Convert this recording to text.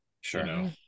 Sure